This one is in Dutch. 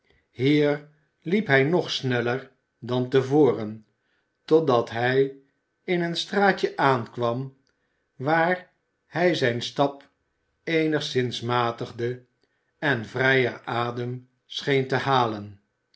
hier liep hij nog sneller dan te voren totdat hij in een straatje aankwam waar hij zijn stap eenigszins matigde en vrijer adem scheen te halen